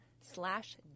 slash